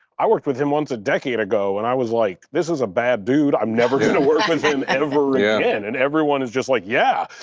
i worked with him once a decade ago and i was like, this is a bad dude. i'm never gonna work with him ever again. and everyone is just like, yeah!